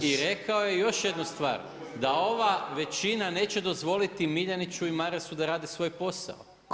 I rekao je još jednu stvar, da ova većina neće dozvoliti Miljaniću i Marasu da rade svoj posao.